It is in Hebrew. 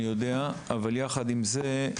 יחד עם זאת,